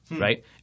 right